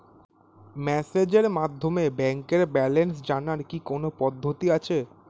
মেসেজের মাধ্যমে ব্যাংকের ব্যালেন্স জানার কি কোন পদ্ধতি আছে?